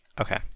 Okay